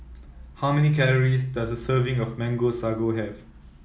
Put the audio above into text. how many calories does a serving of Mango Sago have